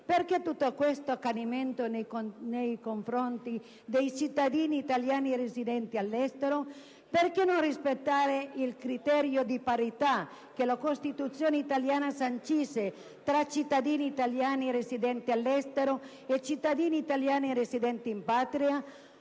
Perché tutto questo accanimento nei confronti dei cittadini italiani residenti all'estero? Perché non rispettare il criterio di parità, che la Costituzione italiana sancisce, tra cittadini italiani residenti all'estero e cittadini italiani residenti in patria?